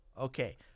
Okay